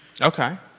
Okay